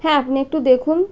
হ্যাঁ আপনি একটু দেখুন